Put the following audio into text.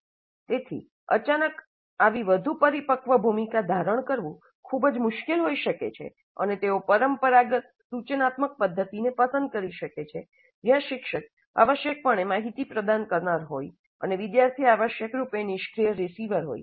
તેથી અચાનક આવી વધુ પરિપક્વ ભૂમિકા ધારણ કરવું ખૂબ જ મુશ્કેલ હોઈ શકે છે અને તેઓ પરંપરાગત સૂચનાત્મક પદ્ધતિને પસંદ કરી શકે છે જ્યાં શિક્ષક આવશ્યકપણે માહિતી પ્રદાન કરનાર હોય અને વિદ્યાર્થી આવશ્યક રૂપે નિષ્ક્રિય રીસીવર હોય છે